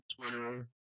Twitter